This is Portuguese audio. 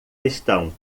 estão